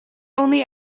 only